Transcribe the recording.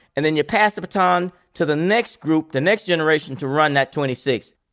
and then you pass the baton to the next group, the next generation to run that twenty six.